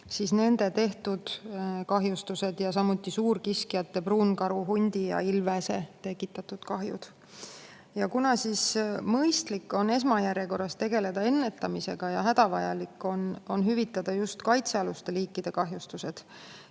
hallhüljese tehtud kahjustused, samuti suurkiskjate, pruunkaru, hundi ja ilvese tekitatud kahjud. Kuna mõistlik on esmajärjekorras tegeleda ennetamisega ja hädavajalik on hüvitada just kaitsealuste liikide [tekitatud]